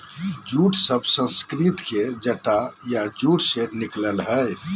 jute शब्द संस्कृत के जटा या जूट से निकलल हइ